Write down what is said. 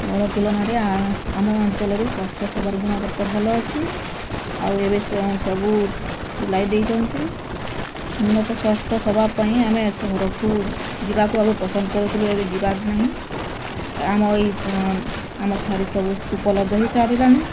ସ୍ୱର ତୁଳନାରେ ଆମ ଅଞ୍ଚଳରେ ସ୍ୱାସ୍ଥ୍ୟ ସେବାର ଗୁଣବତ୍ତା ଭଲ ଅଛି ଆଉ ଏବେ ସ ସବୁ ପିଲାଏ ଦେଇଛନ୍ତି ଉନ୍ନତ ସ୍ୱାସ୍ଥ୍ୟସେବା ପାଇଁ ଆମେ ସହରକୁ ଯିବାକୁ ଆଗରୁ ପସନ୍ଦ କରୁଥିଲୁ ଏବେ ଯିବାର ନାହିଁ ଆମର ଏଇ ଆମ ଠାରେ ସବୁ ଉପଲବ୍ଧ ହେଇ ସାରିଲାଣି